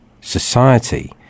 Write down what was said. society